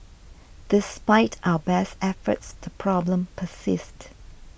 despite our best efforts the problem persists